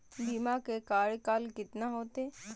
बीमा के कार्यकाल कितना होते?